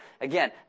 again